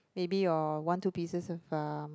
maybe your one two pieces of um